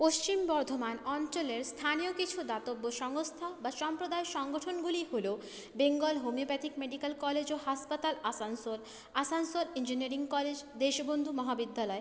পশ্চিম বর্ধমান অঞ্চলের স্থানীয় কিছু দাতব্য সংস্থা বা সম্প্রদায় সংগঠনগুলি হলো বেঙ্গল হোমিওপ্যাথিক মেডিক্যাল কলেজ ও হাসপাতাল আসানসোল আসানসোল ইঞ্জিনিয়ারিং কলেজ দেশবন্ধু মহাবিদ্যালয়